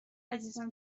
عزیزم